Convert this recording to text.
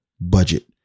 budget